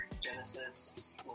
Genesis